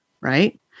Right